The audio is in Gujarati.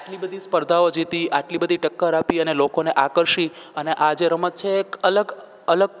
આટલી બધી સ્પર્ધાઓ જીતી આટલી બધી ટક્કર આપી અને લોકોને આકર્ષી અને આજે રમત છે એક અલગ અલગ